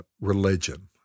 religion